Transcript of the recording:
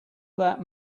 that